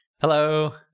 Hello